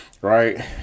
right